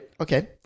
Okay